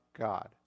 God